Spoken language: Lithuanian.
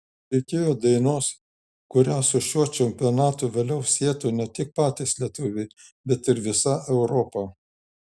reikėjo dainos kurią su šiuo čempionatu vėliau sietų ne tik patys lietuviai bet ir visa europa